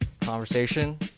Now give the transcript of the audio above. conversation